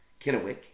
Kennewick